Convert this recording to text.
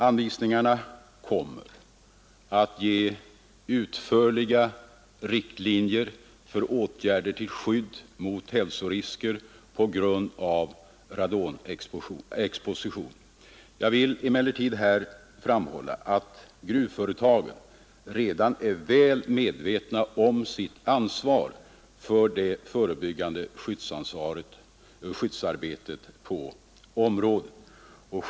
Anvisningarna kommer att ge utförliga riktlinjer för åtgärder till skydd mot hälsorisker på grund av radonexposition Jag vill emellertid här framhålla att gruvföretagen redan är väl medvetna om sitt ansvar för det förebyggande skyddsarbetet på området.